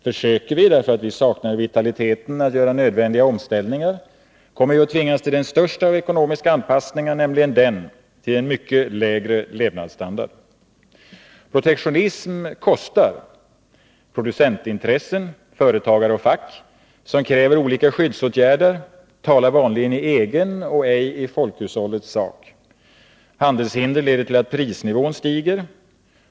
Försöker vi göra det därför att vi saknar vitaliteten att göra nödvändiga omställningar, kommer vi att tvingas till den största av ekonomiska anpassningar, nämligen den till en mycket lägre levnadsstandard. Protektionism kostar. Producentintressen — företagare och fack — som kräver olika skyddsåtgärder talar vanligen i egen och ej i folkhushållets sak. Handelshinder leder till att prisnivån stiger.